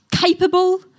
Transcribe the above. capable